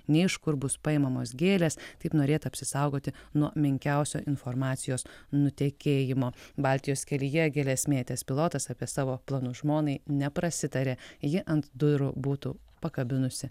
nei iš kur bus paimamos gėlės taip norėta apsisaugoti nuo menkiausio informacijos nutekėjimo baltijos kelyje gėles mėtęs pilotas apie savo planus žmonai neprasitarė ji ant durų būtų pakabinusi